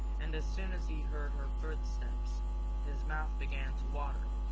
and as soon as he heard her footsteps his mouth began to water.